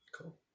Cool